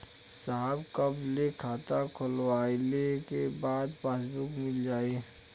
साहब कब ले खाता खोलवाइले के बाद पासबुक मिल जाई?